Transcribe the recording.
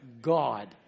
God